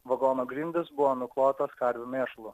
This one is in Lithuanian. vagono grindys buvo nuklotos karvių mėšlu